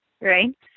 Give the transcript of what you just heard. right